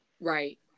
Right